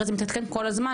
הרי, זה מתעדכן כל הזמן.